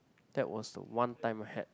that was the one time I had